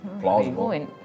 Plausible